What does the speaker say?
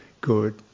Good